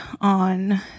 on